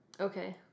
Okay